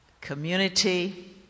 community